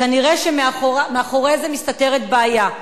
כנראה מאחורי זה מסתתרת בעיה,